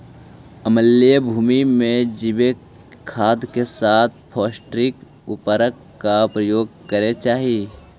अम्लीय भूमि में जैविक खाद के साथ फॉस्फेटिक उर्वरक का प्रयोग करे चाही